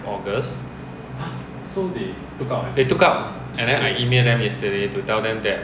mm circuit procedures I also a bit blur lah